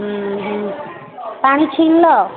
ଉଁ ହୁଁ ପାଣି ଛୁଇଁଲ